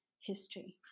history